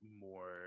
more